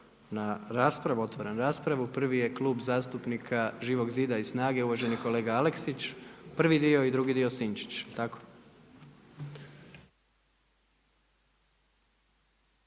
na raspravu. Otvaram raspravu. Prvi je Klub zastupnika Živog zida i SNAGA-e, uvaženi kolega Aleksić. Prvi dio i drugi dio Sinčić. Jel